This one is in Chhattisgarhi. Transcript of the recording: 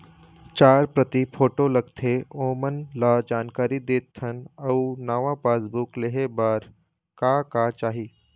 चार प्रति फोटो लगथे ओमन ला जानकारी देथन अऊ नावा पासबुक लेहे बार का का चाही?